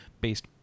based